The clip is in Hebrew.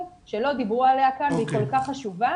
שלא דיברו עליה כאן והיא כל כך חשובה.